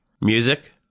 music